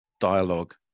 dialogue